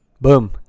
Boom